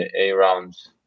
A-Rounds